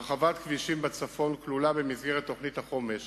הרחבת כבישים בצפון כלולה במסגרת תוכנית החומש